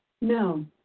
No